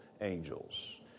angels